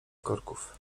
korków